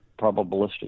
probabilistic